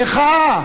איכה?